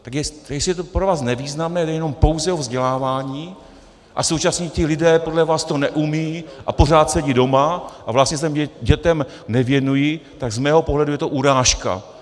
Tak jestli je to pro vás nevýznamné, jde jenom pouze o vzdělávání, a současně ti lidé podle vás to neumějí a pořád sedí doma a vlastně se těm dětem nevěnují, tak z mého pohledu je to urážka.